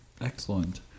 Excellent